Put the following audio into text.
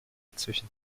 zwischen